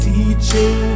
Teaching